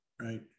Right